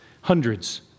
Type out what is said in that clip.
hundreds